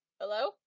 Hello